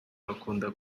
bakunda